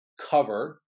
cover